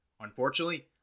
Unfortunately